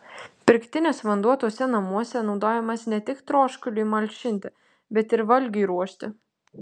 pirktinis vanduo tuose namuose naudojamas ne tik troškuliui malšinti bet ir valgiui ruošti